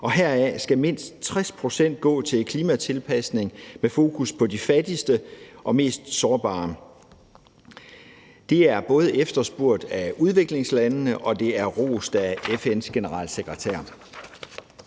og heraf skal mindst 60 pct. gå til klimatilpasning med fokus på de fattigste og mest sårbare. Det er både efterspurgt af udviklingslandene, og det er rost af FN’s generalsekretær.